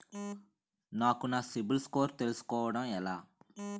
నాకు నా CIBIL score తెలుసుకోవడం ఎలా?